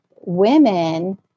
women